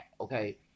okay